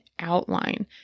outline